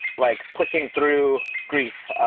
like pushing through grief.